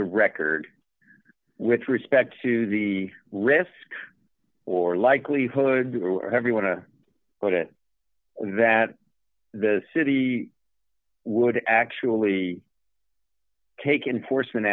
the record with respect to the risk or likelihood everyone to put it that the city would actually take into force